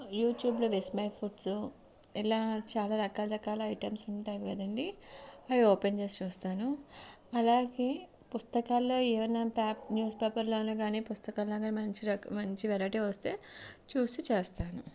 యూట్యూబ్లో Vismai foods ఇలా చాలా రకారకాల ఐటమ్స్ ఉంటాయి కదండి అయి ఓపెన్ చేసి చూస్తాను అలాగే పుస్తకాలలో ఏమన్న పే న్యూస్ పేపర్లో అయిన కానీ పుస్తకాలలో కానీ మంచి రక మంచి వెరైటీ వస్తే చూసి చేస్తాను